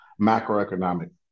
macroeconomic